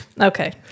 okay